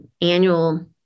annual